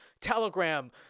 Telegram